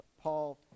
Paul